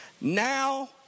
Now